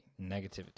negativity